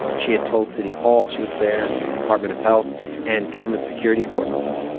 she had told city hall she was there and the department of health and government security forces.